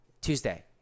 Tuesday